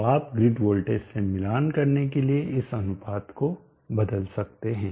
तो आप grid voltage से मिलान करने के लिए इस अनुपात को बदल सकते हैं